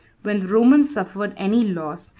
when the romans suffered any loss,